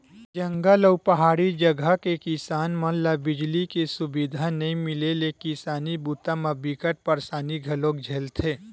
जंगल अउ पहाड़ी जघा के किसान मन ल बिजली के सुबिधा नइ मिले ले किसानी बूता म बिकट परसानी घलोक झेलथे